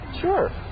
Sure